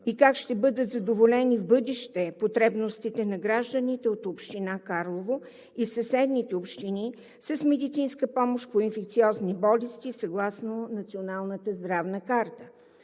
и как ще бъдат задоволени в бъдеще потребностите на гражданите от община Карлово и съседните общини от медицинска помощ по инфекциозни болести съгласно Националната здравна карта?